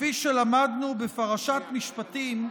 כפי שלמדנו בפרשת משפטים,